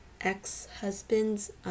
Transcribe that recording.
ex-husband's